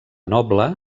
noble